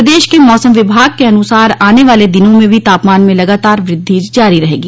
प्रदेश के मौसम विभाग के अनुसार आने वाले दिनों में भी तापमान में लगातार वृद्धि जारी रहेगी